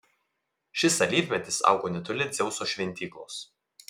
šis alyvmedis augo netoli dzeuso šventyklos